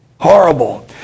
horrible